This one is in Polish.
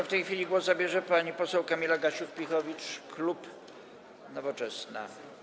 W tej chwili głos zabierze pani poseł Kamila Gasiuk-Pihowicz, klub Nowoczesna.